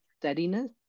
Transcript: steadiness